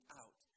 out